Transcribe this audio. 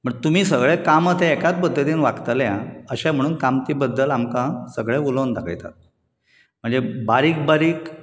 म्हण तूमी सगळे कामत हे एकाच पद्दतीन वागतले आं अशें म्हणून कामती बद्दल सगळे आमकां उलोवन दाखयता म्हणजे बारीक बारीक